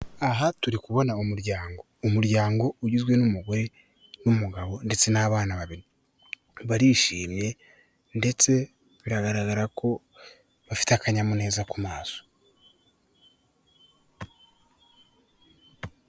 Icyapa kigaragaza ibitaro bya police, kikaba kigizwe n'amabara y'umutuku, umweru n'ubururu, kikaba kigizwe n'ibarangantego bibiri hari icy'u Rwanda n'icya police, ik'icyapa kikaba giteye mu busitani.